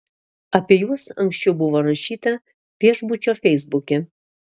apie juos anksčiau buvo rašyta viešbučio feisbuke